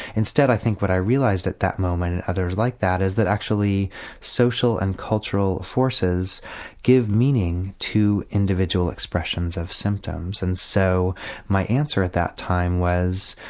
instead i think what i realised at that moment and others like that is that actually social and cultural forces give meaning to individual expressions of symptoms and so my answer at that time was,